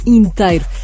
inteiro